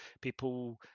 people